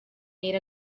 made